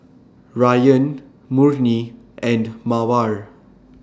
Rayyan Murni and Mawar